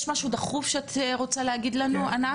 יש משהו דחוף שאת רוצה להגיד לנו, עינת?